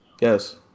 Yes